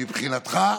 מבחינתך,